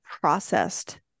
processed